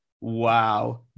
Wow